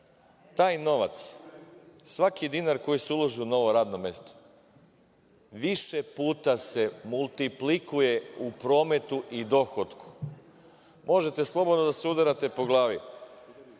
Taj novac, svaki dinar koji se uloži u novo radno mesto, više puta se multiplikuje u prometu i dohotku. Možete slobodno da se udarate po glavi.